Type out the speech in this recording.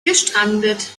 gestrandet